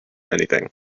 anything